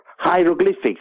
hieroglyphics